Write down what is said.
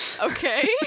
Okay